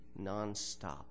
nonstop